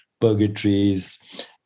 purgatories